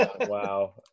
Wow